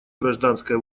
гражданской